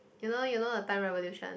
you know you know the time revolution